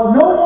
no